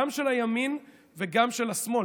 גם של הימין וגם של השמאל.